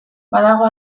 badago